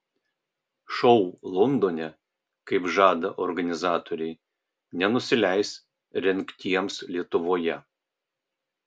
šou londone kaip žada organizatoriai nenusileis rengtiems lietuvoje